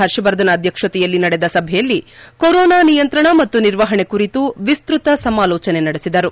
ಹರ್ಷವರ್ಧನ್ ಅಧ್ಯಕ್ಷತೆಯಲ್ಲಿ ನಡೆದ ಸಭೆಯಲ್ಲಿ ಕೊರೋನಾ ನಿಯಂತ್ರಣ ಮತ್ತು ನಿರ್ವಹಣೆ ಕುರಿತು ವಿಸ್ತತ ಸಮಾಲೋಚನೆ ನಡೆಸಿದರು